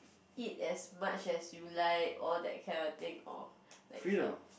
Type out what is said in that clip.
eat as much as you like or that kind of thing or like health